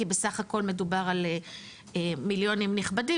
כי בסך הכול מדובר על מיליונים נכבדים